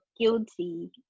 guilty